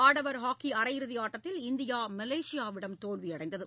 ஆடவர் ஹாக்கி அரையிறுதி ஆட்டத்தில் இந்தியா மலேசியாவிடம் தோல்வியடைந்தது